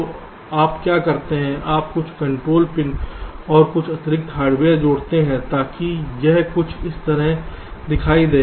तो आप क्या करते हैं आप कुछ कंट्रोल पिन और कुछ अतिरिक्त हार्डवेयर जोड़ते हैं ताकि यह कुछ इस तरह दिखाई दे